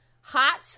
Hot